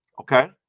Okay